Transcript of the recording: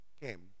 came